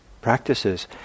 practices